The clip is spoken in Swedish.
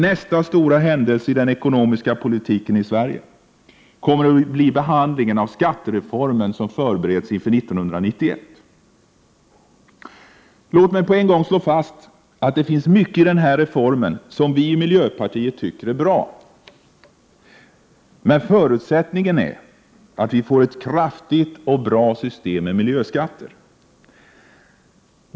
Nästa stora händelse i den ekonomiska politiken i Sverige kommer att bli behandlingen av den skattereform som förbereds inför 1991. Låt mig på en gång slå fast att det finns mycket i den här reformen som vi i miljöpartiet tycker är bra. Men förutsättningen är att vi får ett kraftfullt och bra system med miljöskatter.